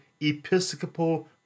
Episcopal